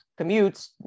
commutes